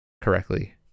correctly